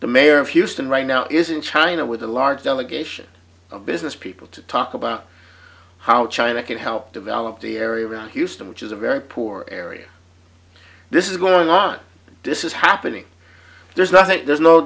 the mayor of houston right now is in china with a large delegation of business people to talk about how china could help develop the area around houston which is a very poor area this is going on this is happening there's nothing there's no